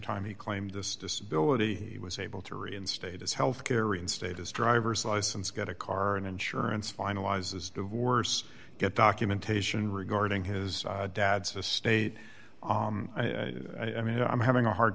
time he claimed this disability he was able to reinstate his health care reinstate his driver's license get a car an insurance finalizes divorce get documentation regarding his dad's estate i mean i'm having a hard